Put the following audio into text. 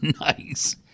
Nice